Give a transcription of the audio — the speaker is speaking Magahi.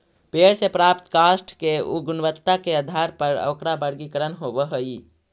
पेड़ से प्राप्त काष्ठ के गुणवत्ता के आधार पर ओकरा वर्गीकरण होवऽ हई